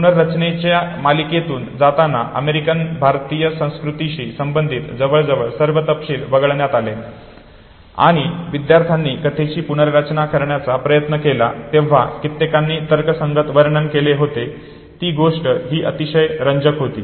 पुनर्रचनेची मालिकेतून जातांना अमेरिकन भारतीय संस्कृतीशी संबंधित जवळजवळ सर्व तपशील वगळण्यात आले आणि विद्यार्थ्यांनी कथेची पुनर्रचना करण्याचा प्रयत्न केला तेव्हा कित्येकांनी तर्कसंगत वर्णन केले होते ती गोष्ट ही अतिशय रंजक होती